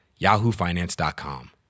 yahoofinance.com